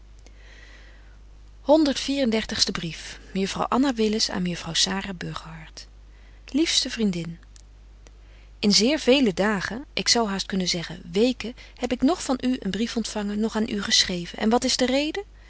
dertigste brief mejuffrouw anna willis aan mejuffrouw sara burgerhart liefste vriendin in zeer vele dagen ik zou haast kunnen zeggen weken heb ik noch van u een brief ontfangen noch aan u geschreven en wat is de reden